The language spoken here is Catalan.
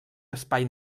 espai